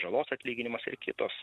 žalos atlyginimas ir kitos